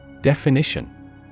Definition